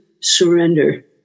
surrender